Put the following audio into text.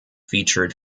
featured